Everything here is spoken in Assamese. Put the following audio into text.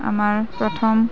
আমাৰ প্ৰথম